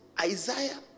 Isaiah